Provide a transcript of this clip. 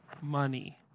money